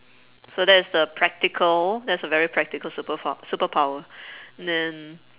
so that's the practical that's a very practical super fo~ super power then